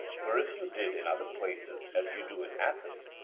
for if you did in other places as you do in athens,